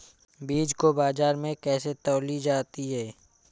बीज को बाजार में कैसे तौली जाती है?